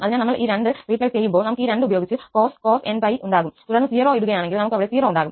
അതിനാൽ നമ്മൾ ഈ 2 റീപ്ലേസ് ചെയ്യുമ്പോൾ നമുക്ക് ഈ 2 ഉപയോഗിച്ച് cos nπ ഉണ്ടാകും തുടർന്ന് 0 ഇടുകയാണെങ്കിൽ നമുക്ക് അവിടെ 0 ഉണ്ടാകും